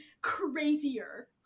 crazier